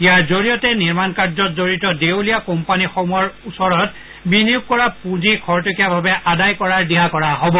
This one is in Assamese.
ইয়াৰ জৰিয়তে নিৰ্মাণ কাৰ্যত জড়িত দেৱলিয়া কোম্পনীসমূহৰ ওচৰত বিনিয়োগ কৰা পুঁজি খৰটকীয়াভাৱে আদায় কৰাৰ দিহা কৰা হ'ব